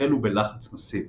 החלו בלחץ מאסיבי.